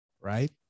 right